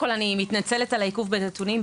אני מתנצלת על העיכוב במסירת הנתונים,